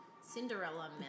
Cinderella